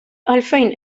għalfejn